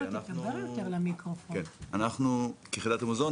אנחנו כיחידת המוזיאון,